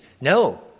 No